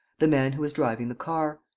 the man who was driving the car.